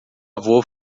avô